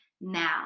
now